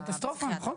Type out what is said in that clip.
קטסטרופה נכון.